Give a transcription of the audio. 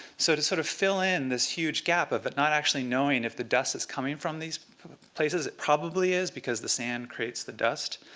so to sort of fill in this huge gap of but not actually knowing if the dust is coming from these places it probably is, because the sand creates the dust